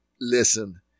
listen